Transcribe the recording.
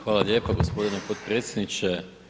Hvala lijepa gospodine potpredsjedniče.